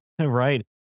Right